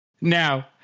Now